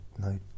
no